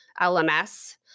LMS